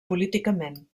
políticament